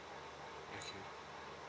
okay